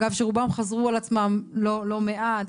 אגב שרובם חזרו על עצמם לא מעט.